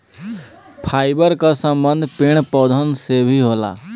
fibre कअ संबंध पेड़ पौधन से भी होला